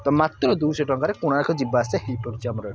ତ ମାତ୍ର ଦୁଇଶ ଟଙ୍କାରେ କୋଣାର୍କ ଯିବା ଆସିବା ହେଇପାରୁଛି ଆମର ଏଠୁ